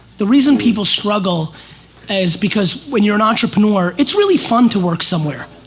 the reason people struggle is because when you're an entrepreneur it's really fun to work somewhere,